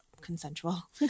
consensual